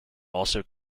also